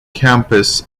campus